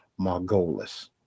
margolis